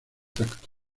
tacto